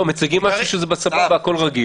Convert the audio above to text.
אני רוצה להגיד משהו בצורה מאוד מאוד ברורה.